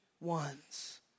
ones